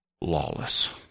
lawless